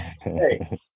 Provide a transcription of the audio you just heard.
hey